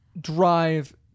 drive